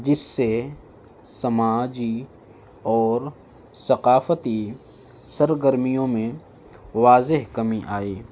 جس سے سماجی اور ثقافتی سرگرمیوں میں واضح کمی آئی